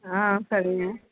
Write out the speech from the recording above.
ஆ சரிங்க